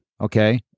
okay